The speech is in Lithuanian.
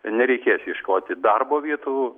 nereikės ieškoti darbo vietų